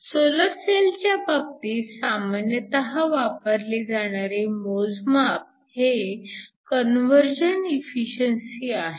solar सेलच्या बाबतीत सामान्यतः वापरले जाणारे मोजमाप हे कन्व्हर्जन इफिशिअन्सी आहे